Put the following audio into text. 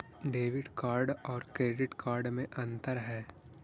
Debit card और credit card में अन्तर है?